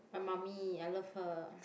I'm mummy I love her